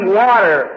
water